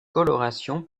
coloration